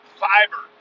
fiber